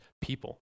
people